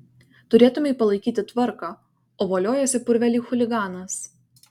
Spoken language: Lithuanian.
turėtumei palaikyti tvarką o voliojiesi purve lyg chuliganas